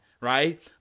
right